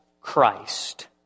Christ